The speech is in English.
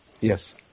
Yes